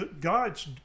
God's